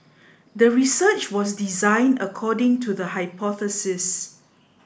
the research was designed according to the hypothesis